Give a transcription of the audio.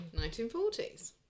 1940s